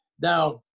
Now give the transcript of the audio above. Now